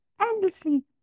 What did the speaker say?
endlessly